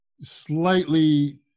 slightly